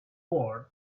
world